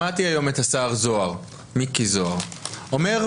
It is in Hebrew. שמעתי היום את השר מיקי זוהר אומר: